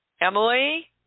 Emily